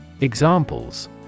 Examples